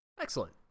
Excellent